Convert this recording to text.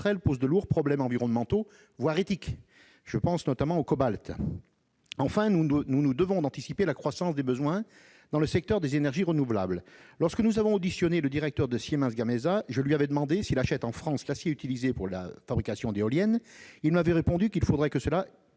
elles pose de lourds problèmes environnementaux, voire éthiques : je pense notamment au cobalt. Enfin, nous nous devons d'anticiper la croissance des besoins dans le secteur des énergies renouvelables. Lorsque nous avons auditionné le directeur de Siemens Gamesa, je lui ai demandé s'il achetait en France l'acier utilisé pour la fabrication d'éoliennes. Il m'a répondu qu'il faudrait pour cela